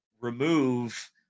remove